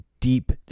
deep